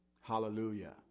Hallelujah